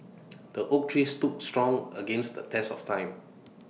the oak tree stood strong against the test of time